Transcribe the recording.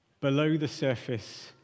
below-the-surface